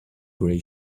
gray